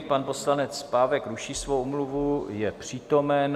Pan poslanec Pávek ruší svoji omluvu, je přítomen.